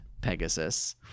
pegasus